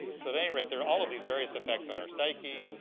so at any rate, there are all of these various effects on our psyche,